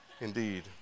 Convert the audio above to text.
Indeed